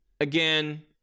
Again